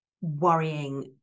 worrying